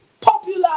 popular